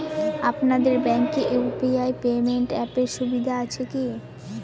আপনাদের ব্যাঙ্কে UPI payment অ্যাপের সুবিধা আছে কি?